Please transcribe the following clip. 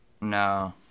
No